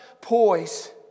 poise